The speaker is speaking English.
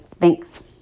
Thanks